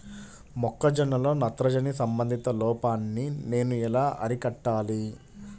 మొక్క జొన్నలో నత్రజని సంబంధిత లోపాన్ని నేను ఎలా అరికట్టాలి?